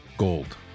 Gold